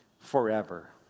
forever